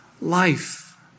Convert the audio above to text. life